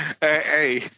hey